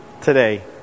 today